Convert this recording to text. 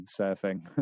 surfing